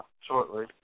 shortly